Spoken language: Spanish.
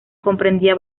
comprendía